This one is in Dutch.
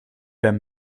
ben